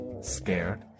Scared